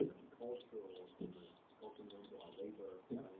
ah cultural and like cultural norms about labor yeah right,